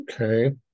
Okay